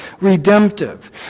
redemptive